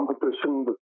competition